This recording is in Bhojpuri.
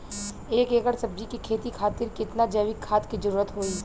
एक एकड़ सब्जी के खेती खातिर कितना जैविक खाद के जरूरत होई?